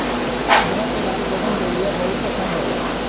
पूजवा के लाल बोगनवेलिया बहुत पसंद हई